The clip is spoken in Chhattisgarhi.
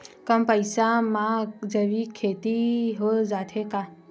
कम पईसा मा जैविक खेती हो जाथे का?